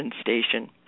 station